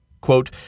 Quote